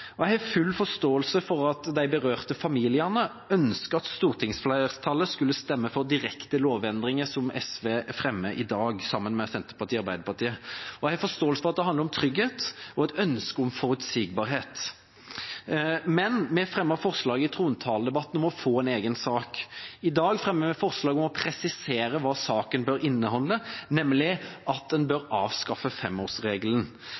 flertall. Jeg har full forståelse for at de berørte familiene ønsket at stortingsflertallet skulle stemme for direkte lovendringer som SV fremmer i dag sammen med Senterpartiet og Arbeiderpartiet, og jeg har forståelse for at det handler om trygghet og et ønske om forutsigbarhet. Men vi fremmet forslag i trontaledebatten om å få en egen sak. I dag fremmer vi forslag om å presisere hva saken bør inneholde, nemlig at en